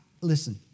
Listen